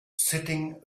sitting